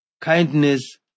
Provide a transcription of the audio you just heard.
kindness